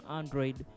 android